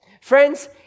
friends